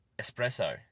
espresso